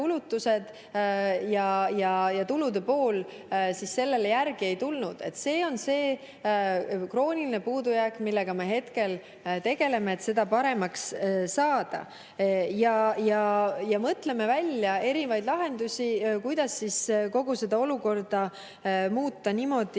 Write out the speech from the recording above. ja tulude pool siis sellele järgi ei tulnud. See on see krooniline puudujääk, millega me hetkel tegeleme, et seda [olukorda] paremaks saada. Mõtleme välja erinevaid lahendusi, kuidas kogu seda olukorda muuta niimoodi,